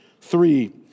three